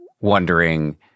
wondering